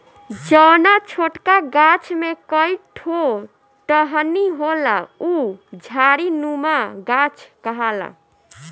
जौना छोटका गाछ में कई ठो टहनी होला उ झाड़ीनुमा गाछ कहाला